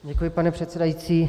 Děkuji, pane předsedající.